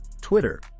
Twitter